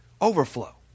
Overflow